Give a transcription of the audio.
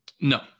No